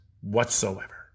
whatsoever